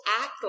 act